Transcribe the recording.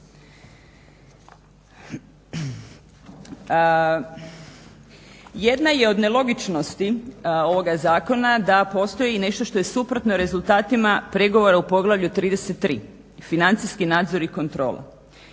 Jedna je od nelogičnosti ovoga zakona da postoji nešto što je suprotno rezultatima pregovora o poglavlju 33.-financijski nadzor i kontrola